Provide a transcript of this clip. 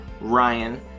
Ryan